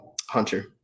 Hunter